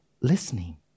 listening